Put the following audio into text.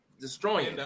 destroying